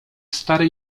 stary